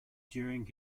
during